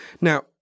Now